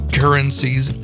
currencies